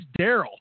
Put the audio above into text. Daryl